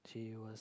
she was